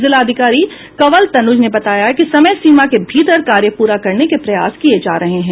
जिलाधिकारी कँवल तनुज ने बताया कि समय सीमा के भीतर कार्य पूरा करने के प्रयास किए जा रहे हैं